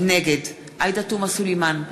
נגד עאידה תומא סלימאן,